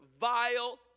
vile